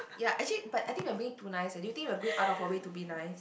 ya actually but I think a bit too nice and you think it'll be a bit out of our way to be nice